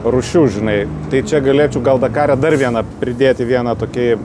rūšių žinai tai čia galėčiau gal dakarą dar vieną pridėti vieną tokiai